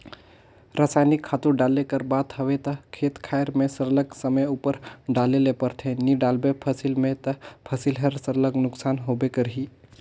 रसइनिक खातू डाले कर बात हवे ता खेत खाएर में सरलग समे उपर डाले ले परथे नी डालबे फसिल में ता फसिल हर सरलग नोसकान होबे करही